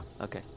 okay